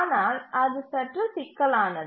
ஆனால் அது சற்று சிக்கலானது